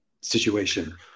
situation